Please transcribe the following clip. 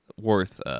worth